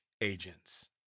agents